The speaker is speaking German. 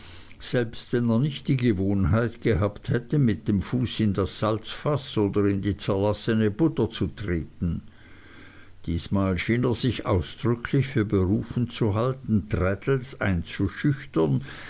selbst wenn er nicht die gewohnheit gehabt hätte mit dem fuß in das salzfaß oder in die zerlassene butter zu treten diesmal schien er sich ausdrücklich für berufen zu halten traddles einzuschüchtern